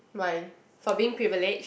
my for being privilege